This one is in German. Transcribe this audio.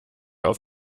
auf